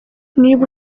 niba